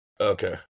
Okay